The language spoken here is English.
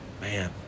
Man